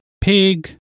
pig